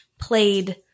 played